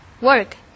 work